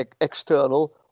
external